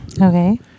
Okay